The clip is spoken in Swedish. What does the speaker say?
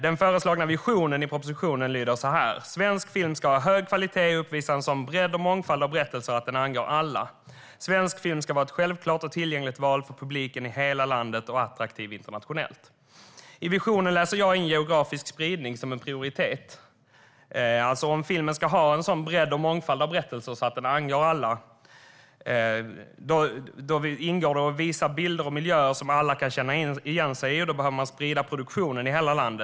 Den föreslagna visionen i propositionen lyder: "Svensk film ska ha hög kvalitet och uppvisa sådan bredd och mångfald av berättelser att den angår alla. Svensk film ska vara ett självklart och tillgängligt val för publiken i hela landet och attraktiv internationellt." I visionen läser jag in geografisk spridning som en prioritet. Om svensk film ska ha en sådan bredd och mångfald av berättelser att den angår alla ingår det att visa bilder och miljöer som alla kan känna igen sig i. Då behöver man sprida produktionen i hela landet.